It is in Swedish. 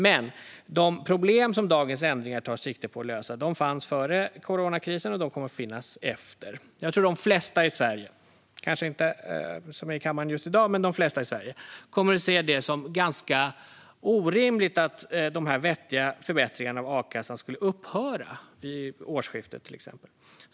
Men de problem som dagens ändringar tar sikte på att lösa fanns före coronakrisen, och de kommer att finnas efter. Även om de som är i kammaren just i dag inte ser det så tror jag att de flesta i Sverige kommer att se det som ganska orimligt att dessa vettiga förbättringar av a-kassan skulle upphöra exempelvis vid årsskiftet.